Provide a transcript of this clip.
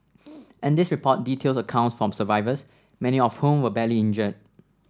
and this report details accounts from survivors many of whom were badly injured